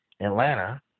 Atlanta